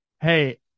Hey